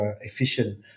efficient